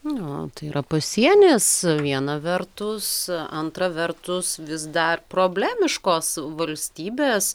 nu tai yra pasienis viena vertus antra vertus vis dar problemiškos valstybės